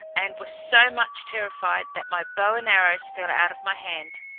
and was so much terrified, that my bow and arrows fell out of my hand.